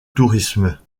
tourisme